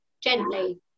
gently